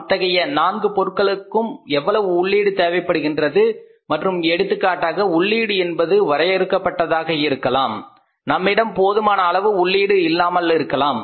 இத்தகைய 4 பொருட்களுக்கும் எவ்வளவு உள்ளீடு தேவைப்படுகின்றது மற்றும் எடுத்துக்காட்டாக உள்ளீடு என்பது வரையறுக்கப்பட்டதாக இருக்கலாம் நம்மிடம் போதுமான அளவு உள்ளீடு இல்லாமலிருக்கலாம்